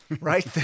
right